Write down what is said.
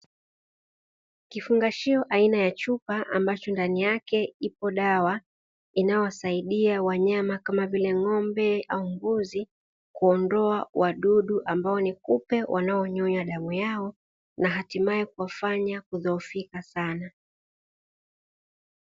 Kifungashio aina ya chupa ambacho ndani yake ipo dawa inayowasaidia kama vile ng'ombe au mbuzi, kuondoa wadudu ambao ni kupe wanaonyonya damu yao na hatimaye kuwafanya kuzoofika sana.